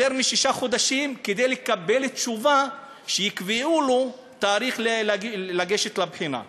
יותר משישה חודשים לקבל תשובה שיקבעו לו תאריך לגשת לבחינה.